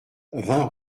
vingt